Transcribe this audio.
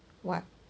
what